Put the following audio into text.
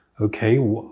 Okay